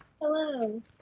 hello